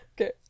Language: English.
Okay